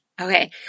Okay